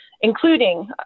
including